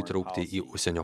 įtraukti į užsienio